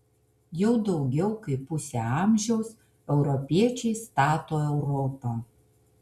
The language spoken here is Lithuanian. jau daugiau kaip pusę amžiaus europiečiai stato europą